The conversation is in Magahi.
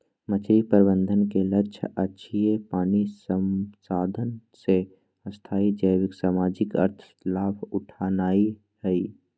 मछरी प्रबंधन के लक्ष्य अक्षय पानी संसाधन से स्थाई जैविक, सामाजिक, आर्थिक लाभ उठेनाइ हइ